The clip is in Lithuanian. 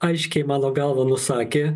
aiškiai mano galva nusakė